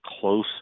close